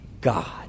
God